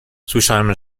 słyszałem